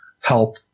help